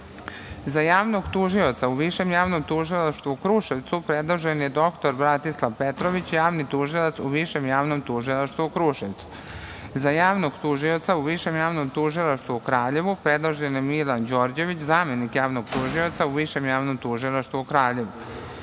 Za javnog tužioca u Višem javnom tužilaštvu u Kruševcu predložen je dr Bratislav Petrović, javni tužilac u Višem javnom tužilaštvu u Kruševcu. Za javnog tužioca u Višem javnom tužilaštvu u Kraljevu predložen je Milan Đorđević, zamenik javnog tužioca u Višem javnom tužilaštvu u Kraljevu.